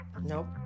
Nope